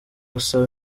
gusaba